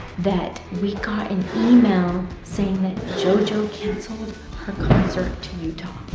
that we got an email saying that jojo canceled her concert to utah.